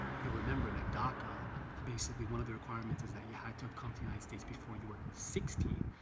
you'll remember that. daca basically, one of the requirements is that you had to have come to united states before you were sixteen.